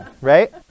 right